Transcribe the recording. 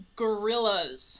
gorillas